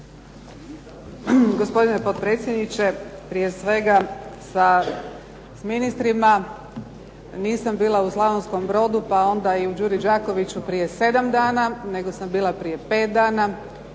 Gospodine potpredsjedniče. Prije svega sa ministrima nisam bila u Slavonskom Brodu pa onda i u "Đuri Đakoviću" prije sedam dana nego sam bila prije pet dana.